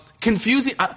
confusing